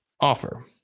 offer